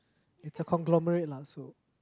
it's a conglomerate lah so